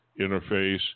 interface